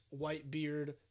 Whitebeard